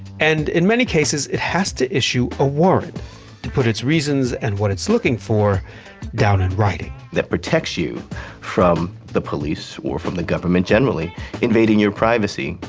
and in many cases, it has to issue a warrant to put its reasons and what it's looking for down in writing that protects you from the police or from the government generally invading your privacy.